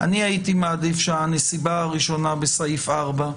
הייתי מעדיף שהנסיבה הראשונה בסעיף (4)